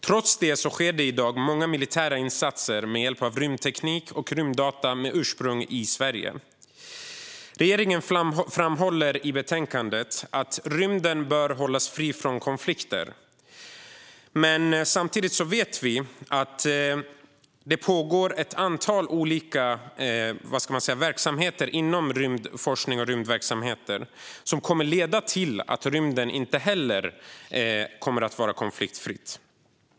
Trots detta sker i dag många militära insatser med hjälp av rymdteknik och rymddata med ursprung i Sverige. Regeringen framhåller i betänkandet att rymden bör hållas fri från konflikter. Samtidigt vet vi att det pågår ett antal olika verksamheter inom rymdforskningen som kommer att leda till att inte heller rymden kommer att vara konfliktfri.